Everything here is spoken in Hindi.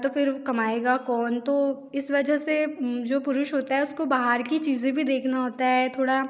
तो फिर कमाएगा कौन तो इस वजह से जो पुरुष होता है उसको बाहर की चीज़ें भी देखना होता है थोड़ा